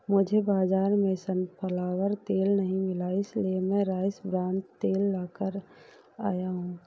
मुझे बाजार में सनफ्लावर तेल नहीं मिला इसलिए मैं राइस ब्रान तेल लेकर आया हूं